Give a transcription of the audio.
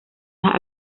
las